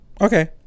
Okay